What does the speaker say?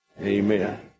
Amen